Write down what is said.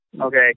okay